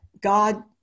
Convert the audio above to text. God